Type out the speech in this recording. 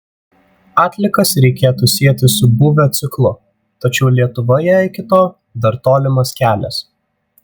atliekas reikėtų sieti su būvio ciklu tačiau lietuvoje iki to dar tolimas kelias